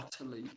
utterly